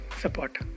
support